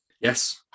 Yes